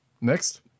next